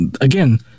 again